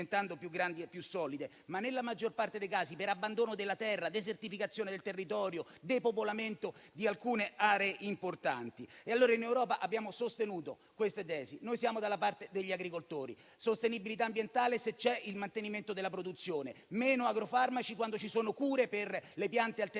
più solide, ma nella maggior parte dei casi per abbandono della terra, desertificazione del territorio, spopolamento di alcune aree importanti. In Europa abbiamo sostenuto queste tesi. Noi siamo dalla parte degli agricoltori: sostenibilità ambientale se c'è il mantenimento della produzione; meno agrofarmaci quando ci sono cure alternative